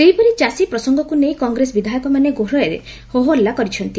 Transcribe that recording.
ସେହିପରି ଚାଷୀ ପ୍ରସଙ୍ଗକୁ ନେଇ କଂଗ୍ରେସ ବିଧାୟକମାନେ ଗୃହରେ ହୋହଲ୍ଲ କରିଛନ୍ତି